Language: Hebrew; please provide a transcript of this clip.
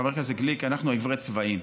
חבר הכנסת גליק, אנחנו עיוורי צבעים.